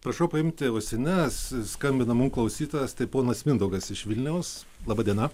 prašau paimti ausines skambina mum klausytojas tai ponas mindaugas iš vilniaus laba diena